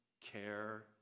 care